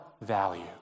value